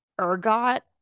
ergot